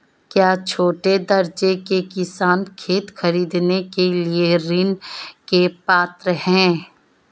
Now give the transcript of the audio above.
क्या छोटे दर्जे के किसान खेत खरीदने के लिए ऋृण के पात्र हैं?